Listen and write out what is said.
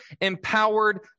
empowered